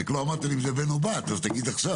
רק לא אמרת לי אם זה בן או בת, אז תגיד עכשיו.